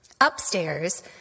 Upstairs